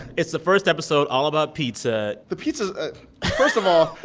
it's the first episode, all about pizza the pizza first of all,